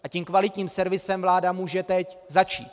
A tím kvalitním servisem vláda může teď začít.